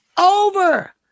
over